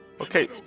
Okay